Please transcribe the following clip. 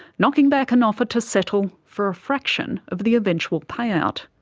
knocking back an offer to settle for a fraction of the eventual payout.